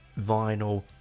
vinyl